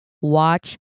Watch